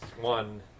one